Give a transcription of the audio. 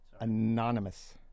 anonymous